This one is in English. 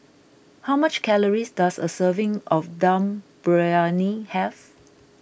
how much calories does a serving of Dum Briyani have